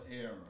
error